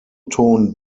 ton